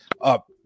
up